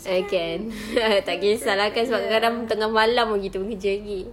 err can tak kesah lah kan sebab kadang-kadang tengah malam pun kita tengah kerja lagi